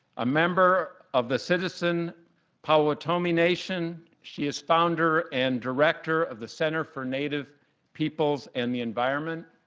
a member of the citizen potawatomi nation she is founder and director of the center for native peoples and the environment.